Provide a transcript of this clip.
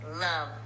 love